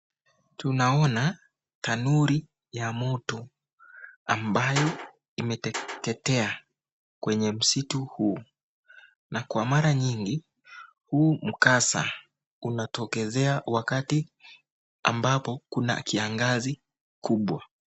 Tunaona tanuri ya moto, ambayo imeteketea kwenye msitu huu na kwa mara nyingi, huu mkasa kunatokezea wakati ambapo kuna kiangazi kubwa.